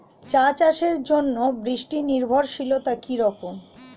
চা চাষের জন্য বৃষ্টি নির্ভরশীলতা কী রকম?